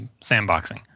sandboxing